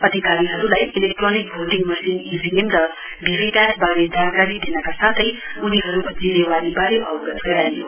अधिकारीहरूली electronic voting machine EVM र VVPAT बारे जानकारी दिनका साथै उनीहरूको जिम्मेवारीबारे अवगत गराइयो